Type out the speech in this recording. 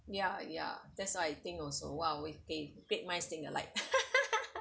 ya ya that's why I think also !wow! we !aiya! great minds think alike